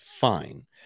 fine